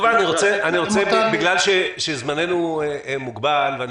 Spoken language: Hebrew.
כיוון שזמננו מוגבל, אני